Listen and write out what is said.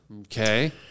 Okay